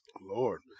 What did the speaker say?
lord